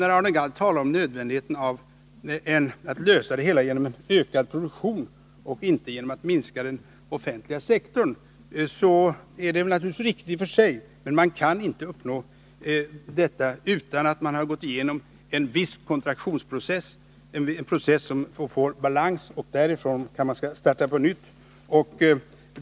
När Arne Gadd talar om nödvändigheten av att lösa problemen genom en ökad produktion och inte genom att skära ned på den offentliga sektorn, så är det i och för sig riktigt. Men det går inte att uppnå det utan att först genomgå en viss kontraktionsprocess som skapar balans. Därefter kan man starta på nytt.